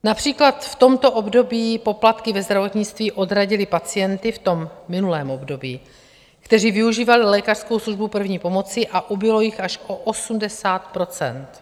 Například v tomto období poplatky ve zdravotnictví odradily pacienty, v tom minulém období, kteří využívali lékařskou službu první pomoci, a ubylo jich až o 80 %.